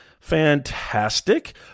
Fantastic